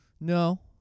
No